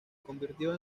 convirtió